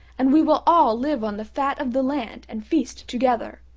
and we will all live on the fat of the land and feast together.